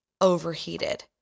overheated